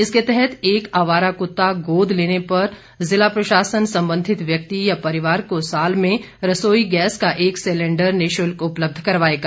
इसके तहत एक आवारा कुत्ता गोद लेने पर जिला प्रशासन संबंधित व्यक्ति अथवा परिवार को साल में रसोई गैस का एक सिलेण्डर निशुल्क उपलब्ध करवाएगा